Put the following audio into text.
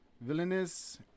Villainous